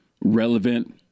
relevant